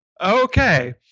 Okay